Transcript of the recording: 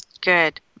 Good